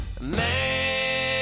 Man